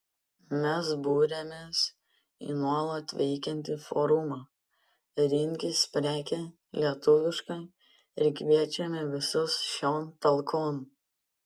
mes buriamės į nuolat veikiantį forumą rinkis prekę lietuvišką ir kviečiame visus šion talkon